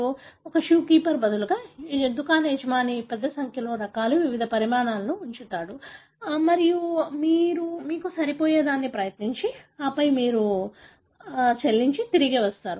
మీకు తెలుసా shoe keeper బదులుగా దుకాణ యజమాని పెద్ద సంఖ్యలో రకాలు వివిధ పరిమాణాలను ఉంచుతాడు మరియు మీరు మీకు సరిపోయేదాన్ని ప్రయత్నించి ఆపై మీరు చెల్లించి తిరిగి వస్తారు